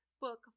book